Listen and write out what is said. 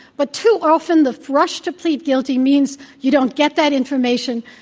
but too often the rush to plead guilty means you don't get that information.